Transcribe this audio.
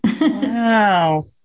Wow